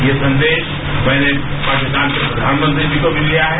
ये संदेश मैंने पाकिस्तान के प्रधानमंत्री जी को भी दिया है